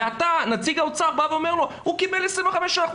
ואתה נציג האוצר אומר לו: הוא קיבל 25%